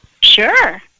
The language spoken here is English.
Sure